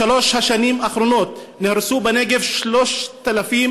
בשלוש השנים האחרונות נהרסו בנגב 3,600